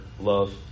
love